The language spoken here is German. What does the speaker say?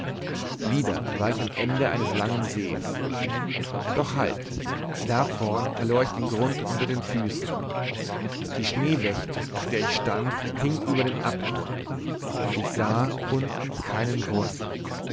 wieder war ich am ende eines langen sees doch halt da vorn verlor ich den grund unter den füßen die schneewächte auf der ich stand hing über den abgrund und ich sah unten keinen grund